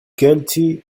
guilty